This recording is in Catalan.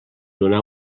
donar